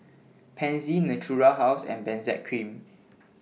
Pansy Natura House and Benzac Cream